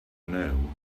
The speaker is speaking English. know